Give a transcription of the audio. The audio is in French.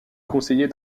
conseiller